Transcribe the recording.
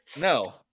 No